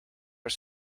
are